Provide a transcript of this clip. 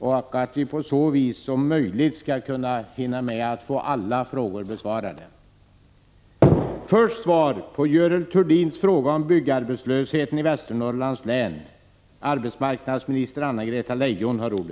Jag säger detta för att vi, om möjligt, skall kunna hinna med att få alla frågor besvarade.